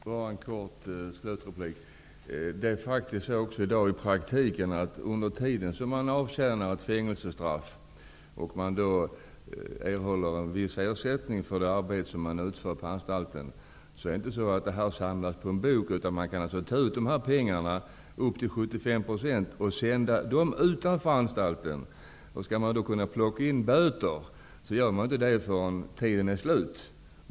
Fru talman! Jag skall bara göra en kort slutkommentar. Det är i dag i praktiken så, att under den tid ett fängelsestraff avtjänas och en viss ersättning erhålls för utfört arbete på anstalten räknas inte beloppen ihop på ett konto. Vederbörande kan faktiskt ta ut så mycket som 75 % av ersättningen för utfört arbete och se till att pengarna hamnar utanför anstalten. För böter görs inte avdrag förrän strafftiden är slut.